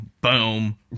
Boom